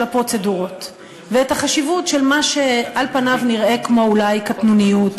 הפרוצדורות ואת החשיבות של מה שעל פניו נראה כמו אולי קטנוניות,